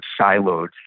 siloed